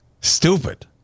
Stupid